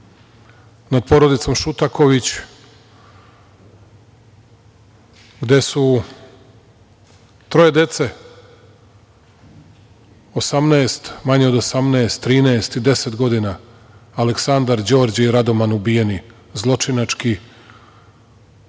nad porodicom Šutaković, gde su troje dece, 18, manje od 18, 13 i 10 godina, Aleksandar, Đorđe i Radoman ubijeni, zločinački